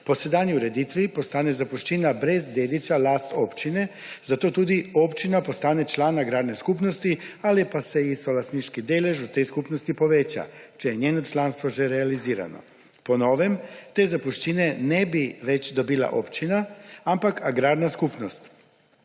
Po sedanji ureditvi postane zapuščina brez dediča last občine, zato tudi občina postane član agrarne skupnosti ali pa se ji solastniški delež v tej skupnosti poveča, če je njeno članstvo že realizirano. Po novem te zapuščine ne bi več dobila občina, ampak agrarna skupnost.